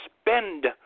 spend